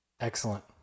Excellent